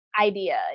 idea